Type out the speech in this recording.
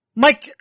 Mike